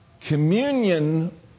communion